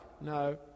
no